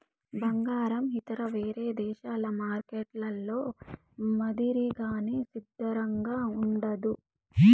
బంగారం ఇతర వేరే దేశాల మార్కెట్లలో మాదిరిగానే స్థిరంగా ఉండదు